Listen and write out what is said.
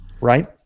right